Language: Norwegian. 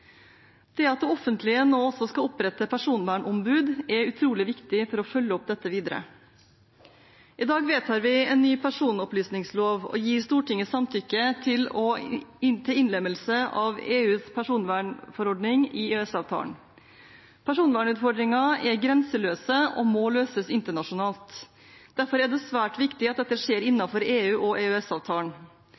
Det at det offentlige nå også skal opprette personvernombud, er utrolig viktig for å følge opp dette videre. I dag vedtar vi en ny personopplysningslov og gir derved Stortingets samtykke til innlemmelse av EUs personvernforordning i EØS-avtalen. Personvernutfordringer er grenseløse og må løses internasjonalt. Derfor er det svært viktig at dette skjer innenfor EU og